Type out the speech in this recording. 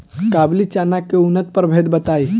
काबुली चना के उन्नत प्रभेद बताई?